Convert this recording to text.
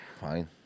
Fine